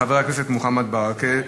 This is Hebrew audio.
חבר הכנסת מוחמד ברכה,